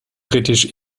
britisch